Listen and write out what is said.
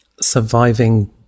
surviving